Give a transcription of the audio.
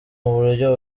buryo